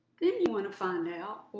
then you want to find out,